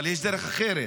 אבל יש דרך אחרת: